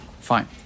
Fine